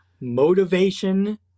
motivation